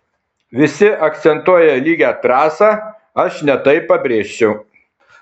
visi akcentuoja lygią trasą aš ne tai pabrėžčiau